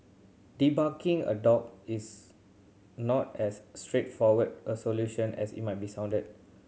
debarking a dog is not as straightforward a solution as it might be sounded